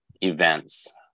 events